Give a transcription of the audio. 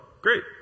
great